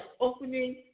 opening